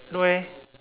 no